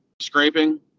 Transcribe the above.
scraping